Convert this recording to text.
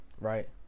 right